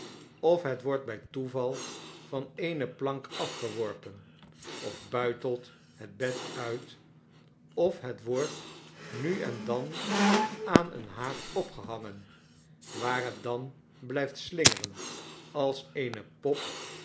of het wordt bij toeval van eene plank afgeworpen of buitelt het bed uit of het wordt nu en dat aan een haak opgehangen waar het dan blijft slingeren als eene pop